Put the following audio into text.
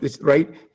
right